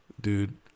dude